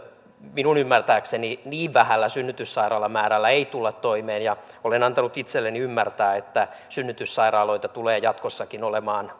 minun ymmärtääkseni niin vähällä synnytyssairaalamäärällä ei tulla toimeen ja olen antanut itselleni ymmärtää että synnytyssairaaloita tulee jatkossakin olemaan